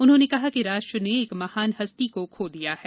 उन्होंने कहा कि राष्ट्र ने एक महान हस्ती को खो दिया है